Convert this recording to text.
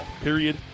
period